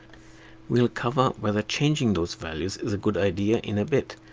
we'll cover whether changing those values is a good idea in a bit.